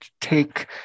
take